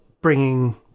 bringing